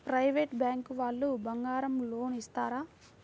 Private bank వాళ్ళు బంగారం loan ఇస్తారా?